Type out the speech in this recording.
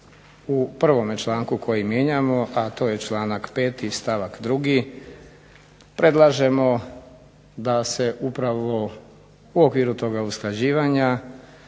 u prvom članku kojeg mijenjamo a to je članak 5. stavak 2. predlažemo da se upravo u okviru toga usklađivanja